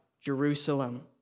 Jerusalem